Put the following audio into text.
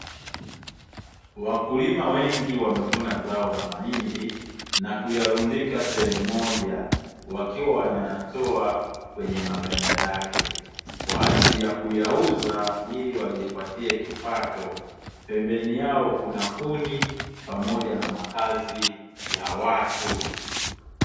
Wakulima wengi wamevuna zao la mahindi na kuyarundika sehemu moja wakiwa wanayatoa kwenye maganda yake kwa ajili ya kuyauza ili wajipatie kipato, pembeni yao kuna kuni pamoja na makazi ya watu.